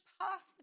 past